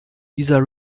dieser